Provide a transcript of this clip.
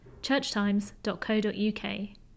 churchtimes.co.uk